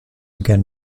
again